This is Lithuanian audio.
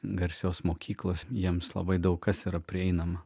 garsios mokyklos jiems labai daug kas yra prieinama